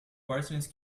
quaternions